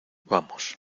vamos